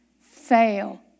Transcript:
fail